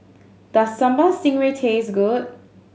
does Sambal Stingray taste good